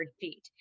feet